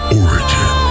origin